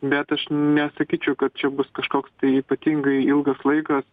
bet aš nesakyčiau kad čia bus kažkoks tai ypatingai ilgas laikas